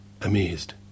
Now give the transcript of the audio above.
amazed